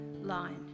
line